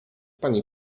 pani